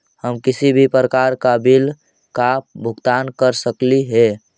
हम किसी भी प्रकार का बिल का भुगतान कर सकली हे?